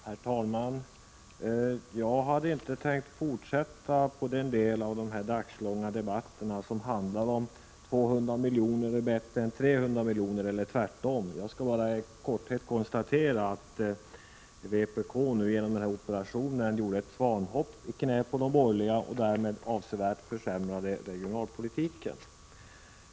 Herr talman! Jag har inte tänkt fortsätta på den del av den dagslånga debatten som behandlar frågan om 200 milj.kr. är bättre än 300 milj.kr. — eller tvärtom. Jag konstaterar bara i korthet att vpk genom denna operation gjorde ett svanhopp i knät på de borgerliga och därmed avsevärt försämrade regionalpolitiken.